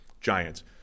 Giants